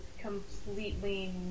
completely